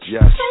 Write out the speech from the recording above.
Yes